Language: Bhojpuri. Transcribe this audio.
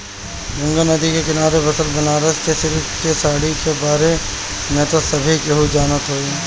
गंगा नदी के किनारे बसल बनारस के सिल्क के साड़ी के बारे में त सभे केहू जानत होई